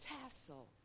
tassel